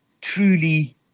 truly